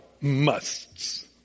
musts